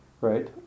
right